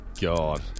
God